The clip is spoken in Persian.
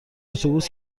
اتوبوس